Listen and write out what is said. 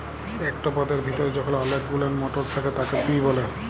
একট পদের ভিতরে যখল অলেক গুলান মটর থ্যাকে তাকে পি ব্যলে